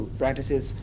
practices